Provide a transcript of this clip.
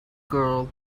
girl